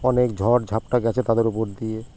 অনেক ঝড় ঝাপটা গিয়েছে তাদের উপর দিয়ে